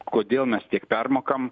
kodėl mes tiek permokam